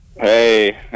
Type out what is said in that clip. Hey